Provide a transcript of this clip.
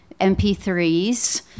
MP3s